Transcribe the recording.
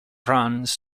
runs